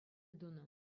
тунӑ